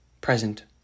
present